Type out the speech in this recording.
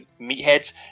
meatheads